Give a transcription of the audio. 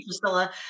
Priscilla